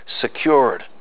secured